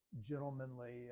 gentlemanly